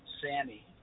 Sammy